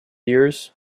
years